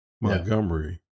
Montgomery